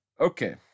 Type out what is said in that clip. Okay